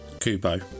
Kubo